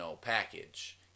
package